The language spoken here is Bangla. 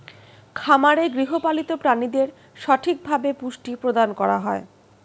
খামারে গৃহপালিত প্রাণীদের সঠিকভাবে পুষ্টি প্রদান করা হয়